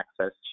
access